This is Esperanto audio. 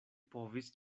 povis